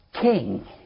King